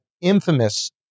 infamous